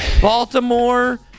Baltimore